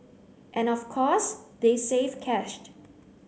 and of course they saved cash